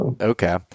Okay